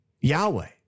Yahweh